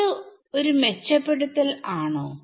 ഇത് ഒരു മെച്ചപ്പെടുത്തൽ ആണോ